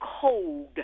cold